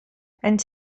and